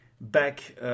Back